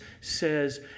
says